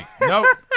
nope